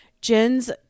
Jen's